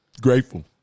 Grateful